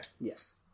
Yes